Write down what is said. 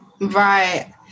Right